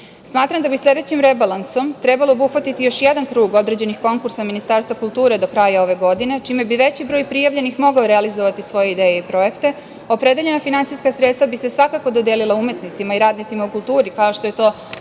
kulture. Smatram da bi sledećim rebalansom trebalo obuhvatiti još jedan krug određenih konkursa Ministarstva kulture do kraja ove godine, čime bi veći broj prijavljenih mogao realizovati svoje ideje i projekte. Opredeljena finansijska sredstva bi se svakako dodelila umetnicima i radnicima u kulturi, kao što je to